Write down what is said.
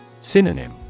Synonym